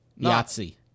Yahtzee